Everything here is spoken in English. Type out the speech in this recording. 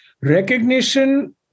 recognition